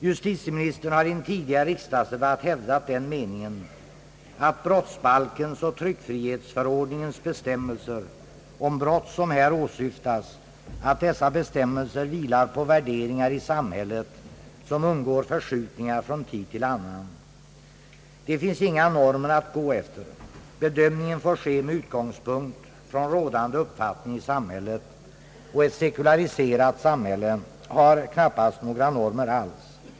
Justitieministern har i en tidigare riksdagsdebatt hävdat den meningen, att brottsbalkens och tryckfrihetsförordningens bestämmelser om brott, som här åsyftas, vilar på värderingar i samhället, som undergår förskjutningar från tid till annan. Det finns inga normer att gå efter. Bedömningen får ske med utgångspunkt från rådande uppfattning i samhället — och ett sekulariserat samhälle har knappast några normer alls.